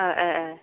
औ औ औ